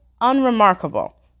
unremarkable